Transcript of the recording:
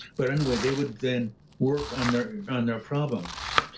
but anyway, they would then work on their and problems.